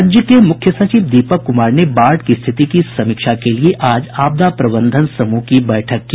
राज्य के मुख्य सचिव दीपक कुमार ने बाढ़ की स्थिति की समीक्षा के लिए आज आपदा प्रबंधन समूह की बैठक की